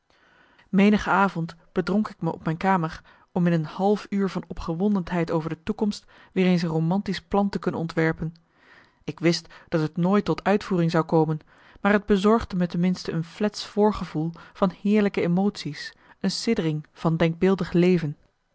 menige avond bedronk ik me op mijn kamer om in een half uur van opgewondenheid voor de toekomst weer eens een romantisch plan te kunnen ontwerpen ik wist dat het nooit tot uitvoering zou komen maar het bezorgde me ten minste een flets voorgevoel van heerlijke emotie's een siddering van denkbeeldig leven